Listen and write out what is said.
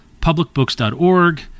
publicbooks.org